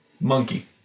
monkey